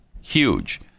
huge